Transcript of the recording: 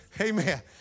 Amen